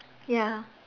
ya